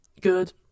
good